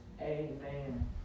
amen